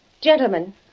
Gentlemen